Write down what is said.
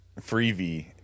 Freebie